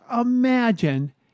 imagine